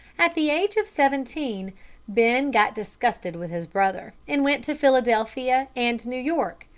at the age of seventeen ben got disgusted with his brother, and went to philadelphia and new york,